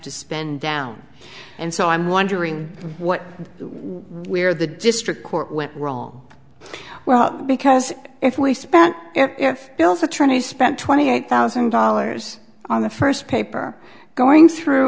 to spend down and so i'm wondering what we're the district court went wrong well because if we spent if bill's attorney spent twenty eight thousand dollars on the first paper going through